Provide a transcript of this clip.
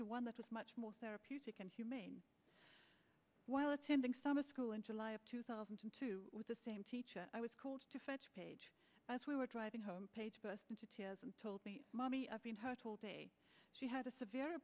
to one that was much more therapeutic and humane while attending summer school in july of two thousand and two with the same teacher i was called to fetch page as we were driving home page burst into tears and told me mommy she had a severe